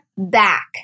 Back